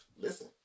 Listen